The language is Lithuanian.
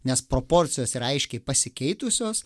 nes proporcijos yra aiškiai pasikeitusios